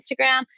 Instagram